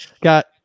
got